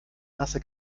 nasse